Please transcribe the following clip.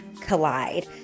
collide